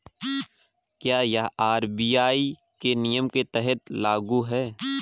क्या यह आर.बी.आई के नियम के तहत लागू है?